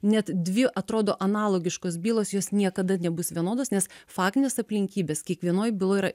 net dvi atrodo analogiškos bylos jos niekada nebus vienodos nes faktinės aplinkybės kiekvienoj byloj yra